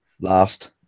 Last